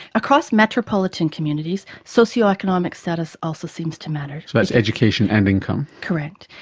across metropolitan communities, socio-economic status also seems to matter. so that's education and income. correct.